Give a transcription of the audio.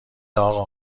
اقا